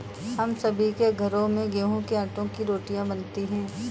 हम सभी के घरों में गेहूं के आटे की रोटियां बनाई जाती हैं